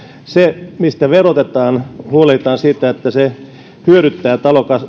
siellä mistä verotetaan huolehditaan siitä että se hyödyttää